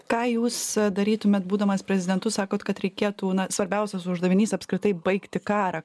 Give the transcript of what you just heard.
ką jūs darytumėt būdamas prezidentu sakote kad reikėtų na svarbiausias uždavinys apskritai baigti karą